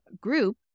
group